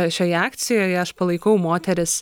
šioje akcijoje aš palaikau moteris